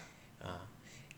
ah